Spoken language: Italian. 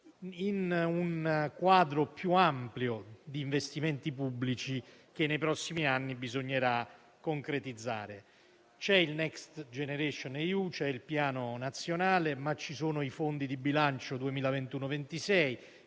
in un quadro più ampio di investimenti pubblici che nei prossimi anni bisognerà concretizzare. C'è il Next generation EU, c'è il Piano nazionale, ma ci sono i fondi di bilancio 2021-2026,